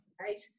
Right